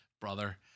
Brother